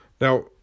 Now